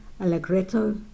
Allegretto